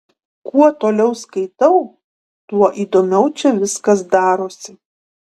kuo toliau skaitau tuo įdomiau čia viskas darosi